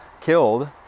killed